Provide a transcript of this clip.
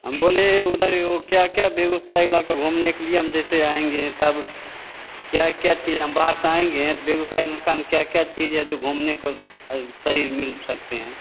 हम बोले उधर वह क्या क्या बेगूसराय इलाका घूमने के लिए हम जैसे आएँगे तब क्या क्या चीज़ हम बाहर पाएँगे बेगूसराय में कम क्या क्या चीज़ है जो घूमने को सही मिल सकते हैं